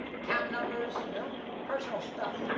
account numbers, you know? personal stuff,